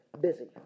busy